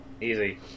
easy